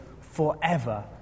forever